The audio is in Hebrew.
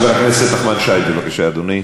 חבר הכנסת נחמן שי, בבקשה, אדוני.